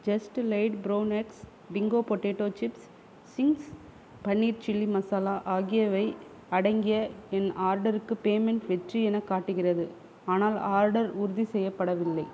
just Lay's brown X Bingo potato chips Ching's paneer chilli masala ஆகியவை அடங்கிய என் ஆர்டருக்கு பேமெண்ட் வெற்றி என காட்டுகிறது ஆனால் ஆர்டர் உறுதி செய்யப்படவில்லை